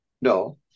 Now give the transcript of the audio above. No